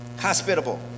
Hospitable